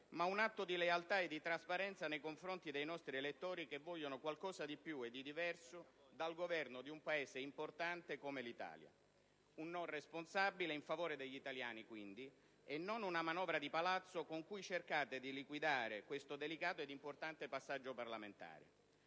ma un atto di lealtà e di trasparenza nei confronti dei nostri elettori che vogliono qualcosa di più e di diverso dal Governo di un Paese importante come l'Italia. Dunque, quello che esprimeremo è un no responsabile in favore degli italiani, quindi, e non una manovra di palazzo con cui cercate di liquidare questo delicato e importante passaggio parlamentare.